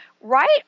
right